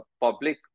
public